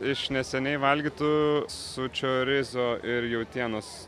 iš neseniai valgytų su čiorizo ir jautienos